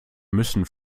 müssen